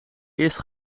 eerst